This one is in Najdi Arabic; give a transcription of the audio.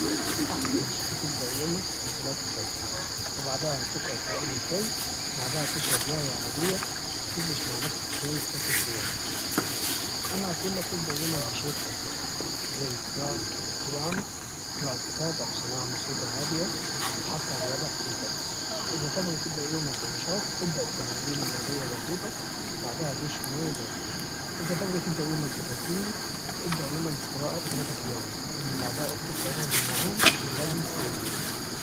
أحسن شي تبدأ يومك بصلاة الفجر وبعدها تقرأ قرآن شوي وبعدها تشرب جهوه عربية وتجلس مع نفسك شوي تفكر في يومك أنا اقولك إبدأ يومك بشي تحبه زي قراءة القرآن قراءة كتاب أو سماع موسيقى هاديه او حتى رياضة خفيفه إذا تبغي تبدأ يومك بنشاط إبدأ بتمارين رياضيه بسيطه وبعدها دش مويه باره إذا تبغي تبدأ يومك بتركيز إبدأ يومك بقراءة هدفك اليومي وبعدها أكتب قائمة بالمهام اللي لازم تسويها